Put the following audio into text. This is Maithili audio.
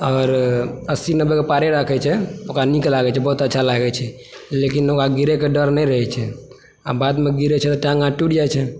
और अस्सी नब्बेके पारे राखै छै ओकरा नीक लागै छै बहुत अच्छा लागै छै लेकिन ओकरा गिरयके डर नहि रहै छै आ बादमे गिरै छै तऽ टाँग हाथ टुटि जाइ छै